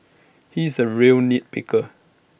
he is A real nit picker